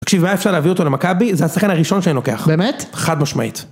תקשיב היה אפשר להביא אותו למכבי, זה השחקן הראשון שאני לוקח. באמת? חד משמעית.